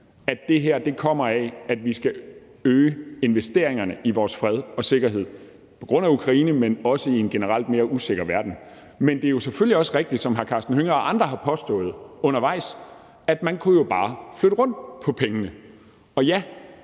at det her kommer af, at vi skal øge investeringerne i vores fred og sikkerhed – på grund af Ukraine, men også i en generelt mere usikker verden. Men det er selvfølgelig også rigtigt, som hr. Karsten Hønge og andre har påstået undervejs, at man jo bare kunne flytte rundt på pengene. Ja,